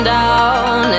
down